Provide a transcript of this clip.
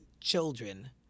children